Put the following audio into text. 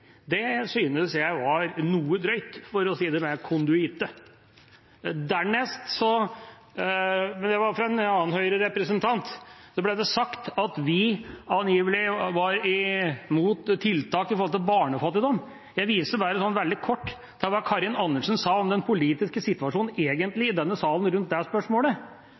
Det synes jeg var noe drøyt – for å si det med konduite. Fra en annen Høyre-representant ble det sagt at vi angivelig var imot tiltak mot barnefattigdom. Jeg viser bare veldig kort til det Karin Andersen sa om den politiske situasjonen i denne salen rundt det spørsmålet,